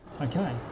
Okay